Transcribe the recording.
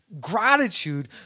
Gratitude